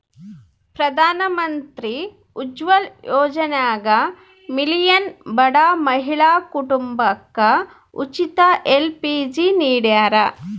ಪ್ರಧಾನಮಂತ್ರಿ ಉಜ್ವಲ ಯೋಜನ್ಯಾಗ ಮಿಲಿಯನ್ ಬಡ ಮಹಿಳಾ ಕುಟುಂಬಕ ಉಚಿತ ಎಲ್.ಪಿ.ಜಿ ನಿಡ್ಯಾರ